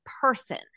person